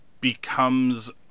becomes